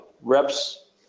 reps